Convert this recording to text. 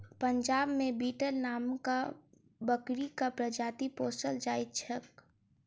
पंजाब मे बीटल नामक बकरीक प्रजाति पोसल जाइत छैक